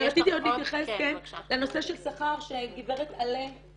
ורציתי עוד להתייחס לנושא של שכר שגברת על"ה